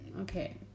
okay